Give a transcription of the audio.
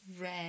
red